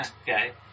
Okay